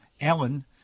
Alan